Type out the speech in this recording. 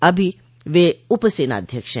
अभी वे उप सेनाध्यक्ष हैं